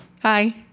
hi